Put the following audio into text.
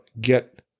get